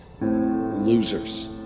Losers